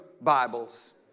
Bibles